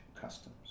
customs